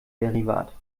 derivat